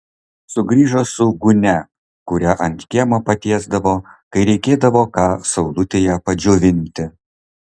sugrįžo su gūnia kurią ant kiemo patiesdavo kai reikėdavo ką saulutėje padžiovinti